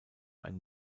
ein